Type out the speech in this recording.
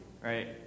right